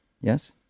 yes